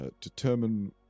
determine